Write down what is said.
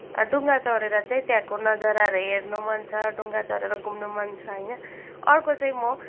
डुङ्गा चढे्र चाहिँ त्यहाँको नजाराहरू हेर्न मन छ डुङ्गा चढे्र घुम्न मन छ होइन अर्को चाहिँ म